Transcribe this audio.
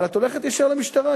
אבל את הולכת ישר למשטרה,